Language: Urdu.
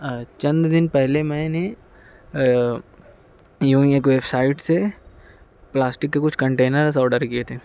چند دن پہلے میں نے یوں ہی ایک ویب سائٹ سے پلاسٹک کے کچھ کنٹینرس آرڈر کئے تھے